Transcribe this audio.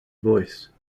voice